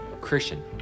Christian